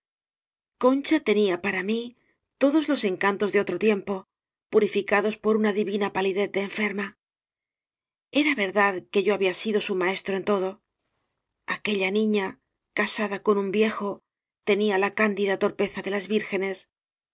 concha tenía para mí todos los encantos de otro tiempo purificados por una divina palidez de enferma era verdad que i yo había sido su maestro en todo aquella niña casada con un viejo tenía la cándida torpeza de las vírgenes